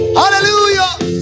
Hallelujah